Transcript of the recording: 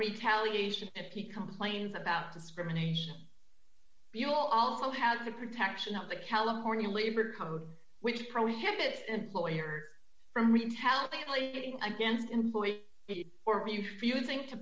retaliation if he complains about discrimination you'll also have the protection of the california labor code which prohibit employer from recent how badly against an employee or refusing to